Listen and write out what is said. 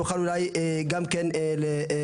נוכל אולי גם כן לקדם.